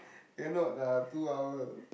cannot lah two hour